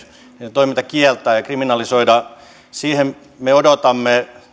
toiminta kieltää ja kriminalisoida siihen me odotamme